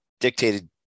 dictated